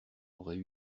aurait